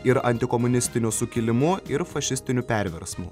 ir antikomunistiniu sukilimu ir fašistiniu perversmu